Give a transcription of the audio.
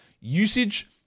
usage